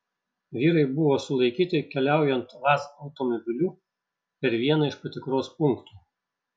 vyrai buvo sulaikyti keliaujant vaz automobiliu per vieną iš patikros punktų